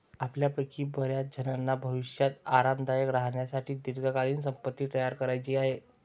आपल्यापैकी बर्याचजणांना भविष्यात आरामदायक राहण्यासाठी दीर्घकालीन संपत्ती तयार करायची आहे